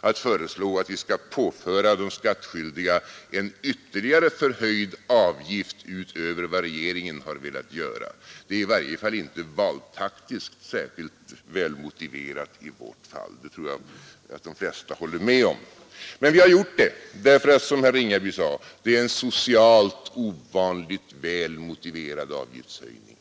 att föreslå att vi skall påföra de skattskyldiga en ytterligare förhöjd avgift utöver vad regeringen har velat göra. Det är i varje fall inte valtaktiskt särskilt välmotiverat i vårt fall — det tror jag att de flesta håller med om. Men vi har gjort det därför att det, som herr Ringaby sade, är en socialt ovanligt väl motiverad avgiftshöjning.